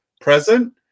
present